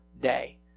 day